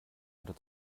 oder